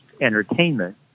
entertainment